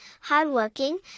hardworking